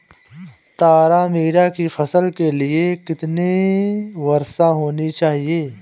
तारामीरा की फसल के लिए कितनी वर्षा होनी चाहिए?